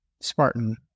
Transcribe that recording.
Spartan